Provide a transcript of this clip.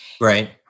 Right